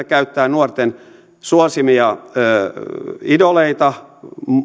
käyttää nuorten suosimia idoleita